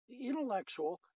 intellectual